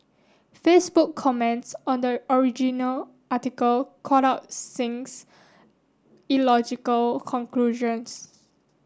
Facebook comments on the original article called out Singh's illogical conclusions